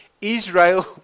Israel